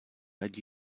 red